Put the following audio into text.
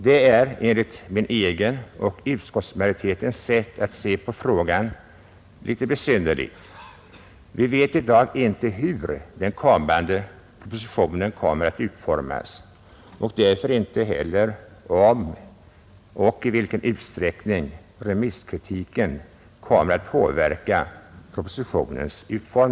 Det är enligt mitt eget och utskottsmajoritetens sätt att se på frågan litet besynnerligt. Vi vet i dag inte hur den kommande propositionen blir utformad och därför inte heller om och i vilken utsträckning remisskritiken kommer att påverka utformningen.